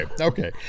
okay